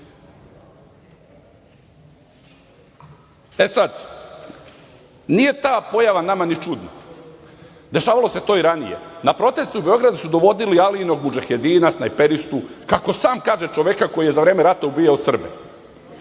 nije ta pojava nama ni čudna. Dešavalo se to i ranije. Na proteste u Beogradu su dovodili Alijinog mudžahedina, snajperistu, kako sam kaže, čoveka koji je za vreme rata ubijao Srbe.